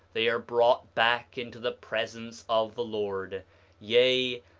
they are brought back into the presence of the lord yea,